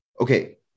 okay